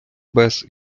без